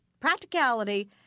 practicality